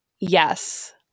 Yes